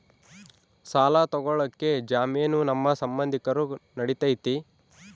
ಸಾಲ ತೊಗೋಳಕ್ಕೆ ಜಾಮೇನು ನಮ್ಮ ಸಂಬಂಧಿಕರು ನಡಿತೈತಿ?